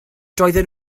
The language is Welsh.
doedden